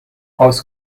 aus